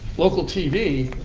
local tv,